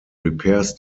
repairs